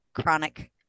chronic